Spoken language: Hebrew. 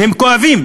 והם כואבים,